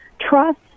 trust